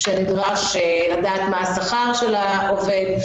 שנדרש לדעת מה שכר העובד.